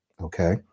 okay